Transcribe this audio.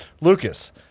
Lucas